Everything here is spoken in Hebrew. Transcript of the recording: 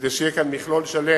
כדי שיהיה כאן מכלול שלם